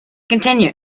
continued